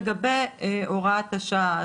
לגבי הוראת השעה.